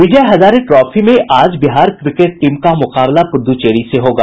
विजय Hazare trophy में आज Bihar cricket team का मुकाबला पुदुचेरी से होगा